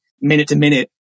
minute-to-minute